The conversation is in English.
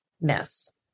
miss